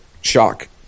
shock